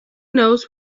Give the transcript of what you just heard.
knows